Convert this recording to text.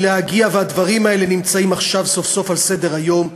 והדברים האלה נמצאים עכשיו סוף-סוף על סדר-היום,